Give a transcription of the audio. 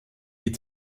die